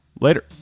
Later